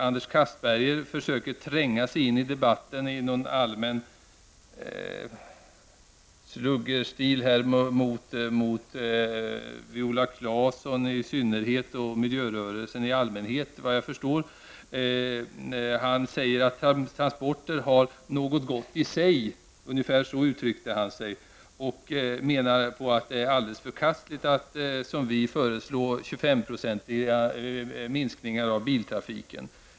Anders Castberger försöker tränga sig in i debatten i sluggerstil mot Viola Claesson i synnerhet och miljörörelsen i allmänhet, såvitt jag förstår. Han uttryckte sig ungefär så, att transporter har något gott i sig, och menar att det är alldeles förkastligt att som vi föreslå en 25-procentig minskning av biltrafiken.